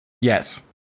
Yes